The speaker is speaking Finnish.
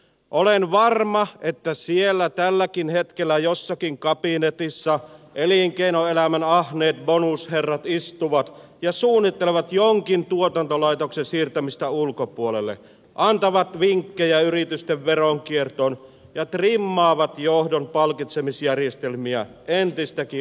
olen varma että siellä tälläkin hetkellä jossakin kabinetissa elinkeinoelämän ahneet bonusherrat istuvat ja suunnittelevat jonkin tuotantolaitoksen siirtämistä ulkopuolelle antavat vinkkejä yritysten veronkiertoon ja trimmaavat johdon palkitsemisjärjestelmiä entistäkin anteliaammiksi